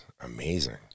amazing